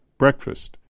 breakfast